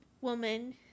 woman